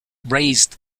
raised